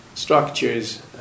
structures